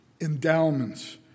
endowments